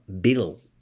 bill